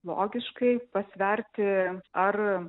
logiškai pasverti ar